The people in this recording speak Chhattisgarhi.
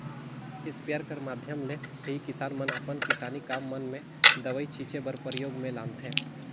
इस्पेयर कर माध्यम ले ही किसान मन अपन किसानी काम मन मे दवई छीचे बर परियोग मे लानथे